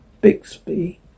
Bixby